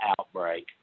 outbreak